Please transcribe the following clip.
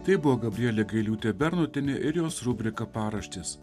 tai buvo gabrielė gailiūtė bernotienė ir jos rubrika paraštės